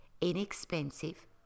inexpensive